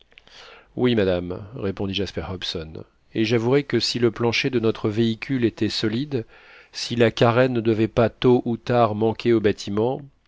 oui madame répondit jasper hobson et j'avouerai que si le plancher de notre véhicule était solide si la carène ne devait pas tôt ou tard manquer au bâtiment